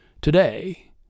today